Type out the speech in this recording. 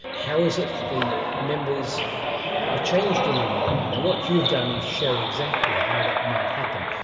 how is it that the memories are changed in any way? and and what you've done is show exactly how that might happen.